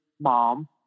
mom